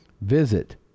visit